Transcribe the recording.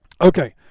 okay